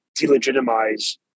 delegitimize